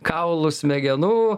kaulų smegenų